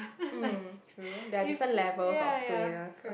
mm true there are different levels of suayness